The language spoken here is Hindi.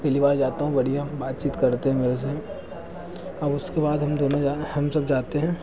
पहली बार जाता हूँ बढ़िया बातचीत करते हैं ऐसे अब उसके बाद हम दोनों जा हम सब जाते हैं